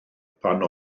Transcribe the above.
pan